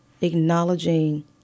acknowledging